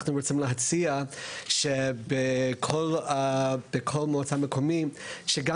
אנחנו רוצים להציע שבכל מועצה מקומית שגם